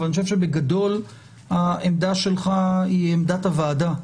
אני חושב שבגדול העמדה שלך היא עמדת הוועדה,